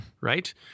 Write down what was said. right